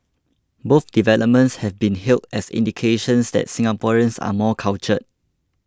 both developments have been hailed as indications that Singaporeans are more cultured